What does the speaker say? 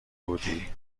بودی